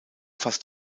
fast